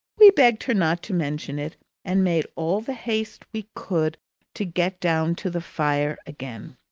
we begged her not to mention it and made all the haste we could to get down to the fire again.